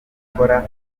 gukora